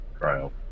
trial